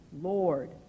Lord